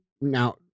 now